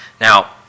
Now